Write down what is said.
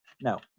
No